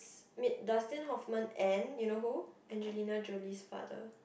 mid~ Dustin-Hoffman and you know who Angelina-Jolie's father